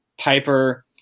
Piper